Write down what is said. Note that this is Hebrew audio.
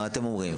מה אתם אומרים?